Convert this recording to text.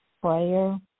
prayer